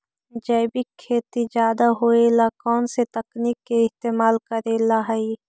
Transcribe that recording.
जैविक खेती ज्यादा होये ला कौन से तकनीक के इस्तेमाल करेला हई?